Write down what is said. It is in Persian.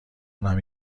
اونم